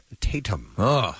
Tatum